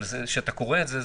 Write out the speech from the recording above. אבל כשאתה קורא את זה,